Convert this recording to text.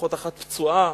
אחות אחת פצועה,